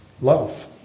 love